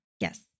Yes